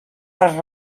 per